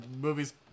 movies